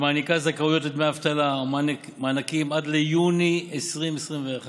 שמעניקה זכאויות לדמי אבטלה ומענקים עד ליוני 2021,